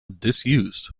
disused